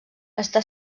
està